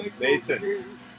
Mason